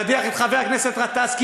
להדיח את חבר הכנסת גטאס,